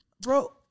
Bro